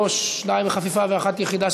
שתיים בחפיפה ואחת יחידה,